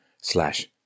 slash